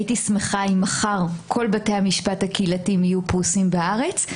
אני הייתי שמחה אם מחר כל בתי המשפט הקהילתיים יהיו פרוסים בארץ.